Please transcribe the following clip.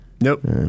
Nope